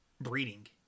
Breeding